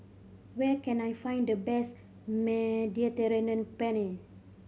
where can I find the best Mediterranean Penne